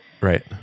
Right